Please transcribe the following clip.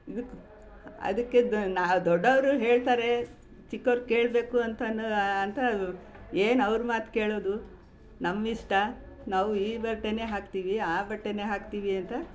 ಇದಕ್ಕೂ ಅದಕ್ಕೆ ನ ದೊಡ್ಡವರು ಹೇಳ್ತಾರೆ ಚಿಕ್ಕವ್ರು ಕೇಳಬೇಕು ಅಂತ ಅಂತ ಏನು ಅವ್ರು ಮಾತು ಕೇಳೋದು ನಮ್ಮ ಇಷ್ಟ ನಾವು ಈ ಬಟ್ಟೆಯೇ ಹಾಕ್ತೀವಿ ಆ ಬಟ್ಟೆಯೇ ಹಾಕ್ತೀವಿ ಅಂತ